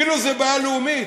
כאילו זו בעיה לאומית,